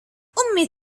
أمي